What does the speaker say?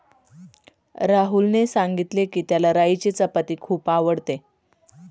राहुलने सांगितले की, त्याला राईची चपाती खूप आवडते